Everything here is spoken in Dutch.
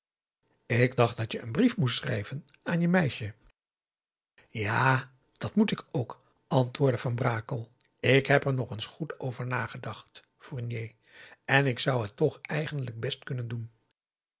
ik dacht dat je een brief moest schrijven aan je meisje ja dat moet ik ook antwoordde van brakel ik heb er nog eens goed over nagedacht fournier en ik zou het toch eigenlijk best kunnen doen